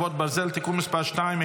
חרבות ברזל) (תיקון מס' 2),